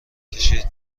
کشید